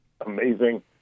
amazing